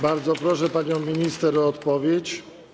Bardzo proszę panią minister o odpowiedź.